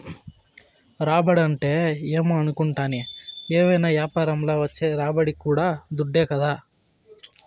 రాబడంటే ఏమో అనుకుంటాని, ఏవైనా యాపారంల వచ్చే రాబడి కూడా దుడ్డే కదా